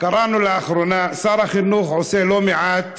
קראנו לאחרונה ששר החינוך עושה לא מעט